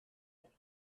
that